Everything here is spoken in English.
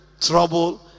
trouble